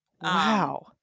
Wow